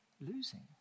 losing